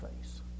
face